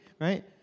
right